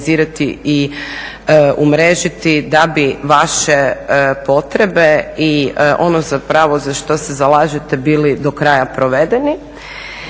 i umrežiti da bi vaše potrebe i ono zapravo za što se zalažete bili do kraja provedeni.